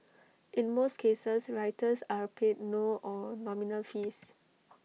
in most cases writers are paid no or nominal fees